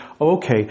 Okay